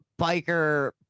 Biker